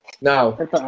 Now